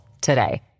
today